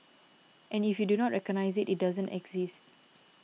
and if you do not recognise it it doesn't exist